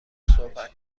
صحبت